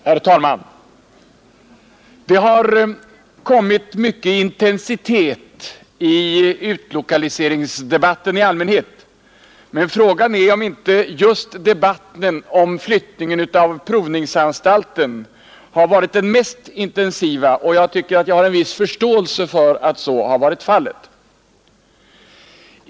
Herr talman! Det har kommit mycken intensitet i utlokaliseringsdebatten i allmänhet, men frågan är om inte just debatten om flyttningen av statens provningsanstalt har varit den mest intensiva, och jag tycker att jag har en viss förståelse för att så har varit fallet.